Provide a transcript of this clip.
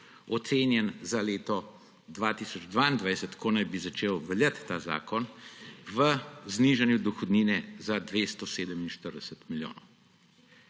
ocenjen za leto 2022, ko naj bi začel veljati ta zakon, v znižanju dohodnine za 247 milijonov.